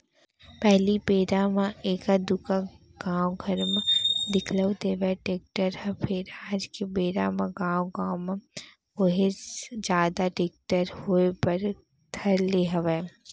पहिली बेरा म एका दूका गाँव घर म दिखउल देवय टेक्टर ह फेर आज के बेरा म गाँवे गाँव म काहेच जादा टेक्टर होय बर धर ले हवय